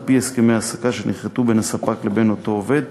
על-פי הסכמי העסקה שנכרתו בין הספק לבין אותו עובד,